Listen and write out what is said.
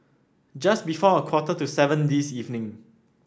just before a quarter to seven this evening